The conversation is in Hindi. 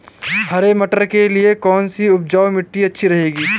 हरे मटर के लिए कौन सी उपजाऊ मिट्टी अच्छी रहती है?